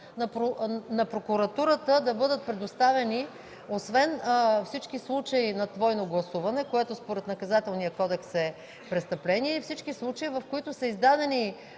на прокуратурата да бъдат предоставени освен всички случаи на двойно гласуване, което според Наказателния кодекс е престъпление, и всички случаи, в които са издадени